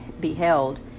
beheld